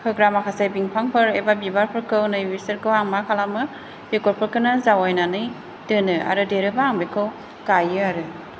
होग्रा माखासे बिफांफोर एबा बिबारफोरखौ नैबेसोरखौ आं मा खालामो बेगरफोरखौनो जावैनानै दोनो आरो देरोबा आं बेखौ गायो आरो